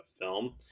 film